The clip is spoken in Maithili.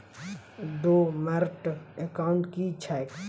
डोर्मेंट एकाउंट की छैक?